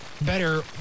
better